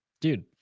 dude